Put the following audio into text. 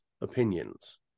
opinions